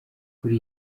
kuri